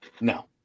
no